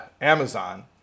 Amazon